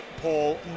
Paul